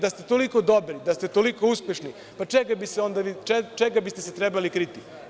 Da ste toliko dobri, da ste toliko uspešni, pa čega biste se trebali kriti?